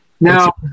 Now